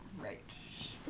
Right